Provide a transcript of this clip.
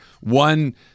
One